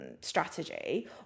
strategy